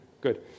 Good